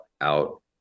out